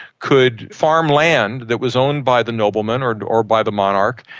could farm land that was owned by the noblemen or and or by the monarch,